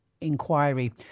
inquiry